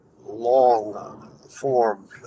long-form